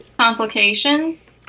complications